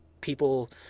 people